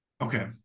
Okay